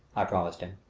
i promised him.